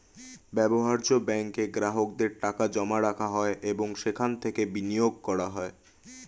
ব্যবহার্য ব্যাঙ্কে গ্রাহকদের টাকা জমা রাখা হয় এবং সেখান থেকে বিনিয়োগ করা হয়